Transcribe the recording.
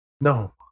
No